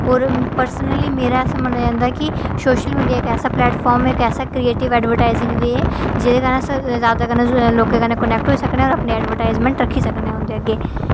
और पर्सनली मेरा ऐसा मन्नेआ जंदा ऐ कि सोशल मीडिया इक ऐसा प्लैटफार्म ऐ इक ऐसा क्रिएटिव एडवरटाइजिंग वे ऐ जेह्दे कन्नै अस जैदा लोकें कन्नै कनैक्ट होई सकने आं और अपनी एडवरटाइजमेंट रक्खी सकने आं उं'दे अग्गें